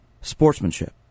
Sportsmanship